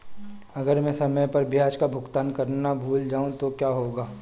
अगर मैं समय पर ब्याज का भुगतान करना भूल जाऊं तो क्या होगा?